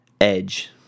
edge